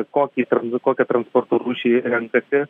kokį trans kokią transporto rūšį renkasi